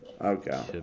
Okay